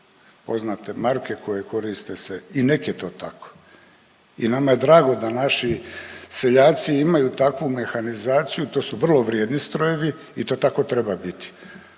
poznate marke koje koriste se i nek je to tako. I nama je drago da naši seljaci imaju takvu mehanizaciju, to su vrlo vrijedni strojevi i to tako treba biti.